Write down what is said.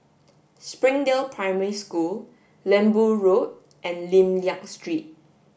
Springdale Primary School Lembu Road and Lim Liak Street